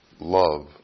love